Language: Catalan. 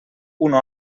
una